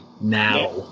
Now